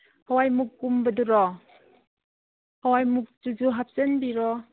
ꯍꯋꯥꯏꯃꯨꯛꯀꯨꯝꯕꯗꯨꯔꯣ ꯍꯋꯥꯏꯃꯨꯛꯇꯨꯁꯨ ꯍꯥꯞꯆꯟꯕꯤꯔꯣ